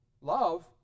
Love